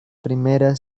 primera